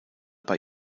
bei